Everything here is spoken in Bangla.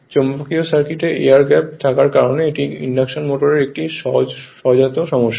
চৌম্বকীয় সার্কিটে এয়ার গ্যাপ থাকার কারণে এটি ইন্ডাকশন মোটরের একটি সহজাত সমস্যা